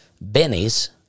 Benny's